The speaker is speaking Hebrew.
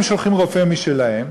הם שולחים רופא משלהם,